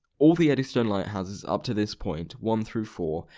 all the eddystone lighthouses up to this point, one through four,